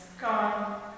Gone